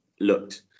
looked